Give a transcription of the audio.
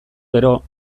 gero